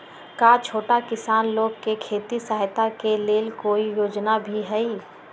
का छोटा किसान लोग के खेती सहायता के लेंल कोई योजना भी हई?